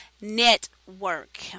Network